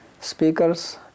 speakers